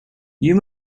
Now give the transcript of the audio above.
you